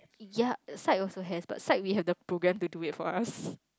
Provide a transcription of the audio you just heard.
ya also has but we have the program to do it for us